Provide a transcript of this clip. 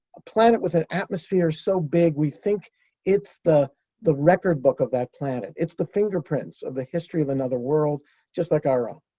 a planet with an atmosphere so big, we think it's it's the record book of that planet. it's the fingerprints of the history of another world just like our own.